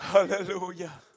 Hallelujah